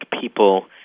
people